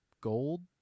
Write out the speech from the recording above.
gold